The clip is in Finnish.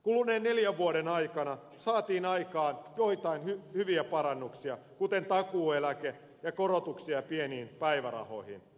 kuluneen neljän vuoden aikana saatiin aikaan joitain hyviä parannuksia kuten takuueläke ja korotuksia pieniin päivärahoihin